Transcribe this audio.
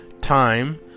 time